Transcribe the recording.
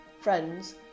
friends